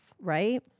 right